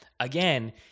Again